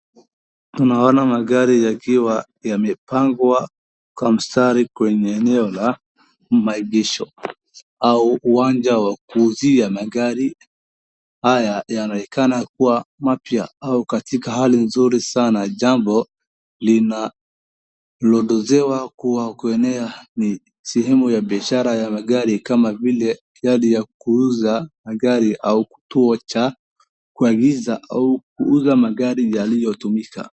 Tunaona magari yakiwa yamepangwa kwa mstari kwenye eneo la maegesho au uwanja wa kuuzia magari, magari haya yanaonekana kuwa mapya au katika hali nzuri sana, jambo linaloelezewa kuwa eneo ni sehemu ya biashara ya magari kama vile magari ya kuuza magari au kituo cha kuagiza au kuuza magari yaliyotumika.